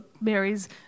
Mary's